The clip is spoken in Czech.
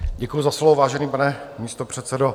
Děkuji za slovo, vážený pane místopředsedo.